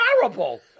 terrible